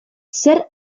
zer